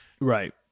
Right